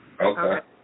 Okay